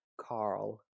Carl